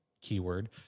keyword